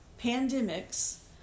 pandemics